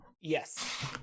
Yes